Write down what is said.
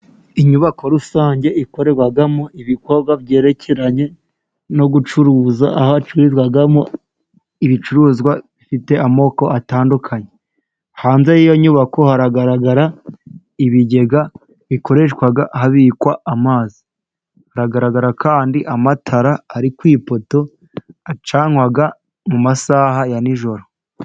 Inyubako rusange ikorerwamo ibikorwa byerekeranye no gucuruza, aho acururizamo ibicuruzwa bifite amoko atandukanye. Hanze y'iyo nyubako haragaragara ibigega bikoreshwa habikwa amazi. Haragaragara kandi amatara ari ku ipoto, acanwa mu masaha ya nijoro.